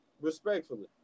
respectfully